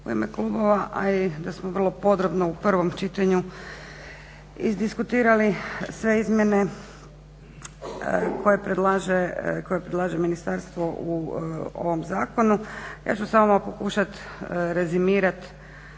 u ime klubova, a i da smo vrlo podrobno u prvom čitanju izdiskutirali sve izmjene koje predlaže Ministarstvo u ovom zakonu, ja ću samo pokušat rezimirat